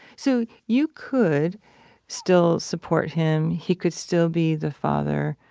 so you could still support him. he could still be the father,